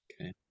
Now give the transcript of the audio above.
okay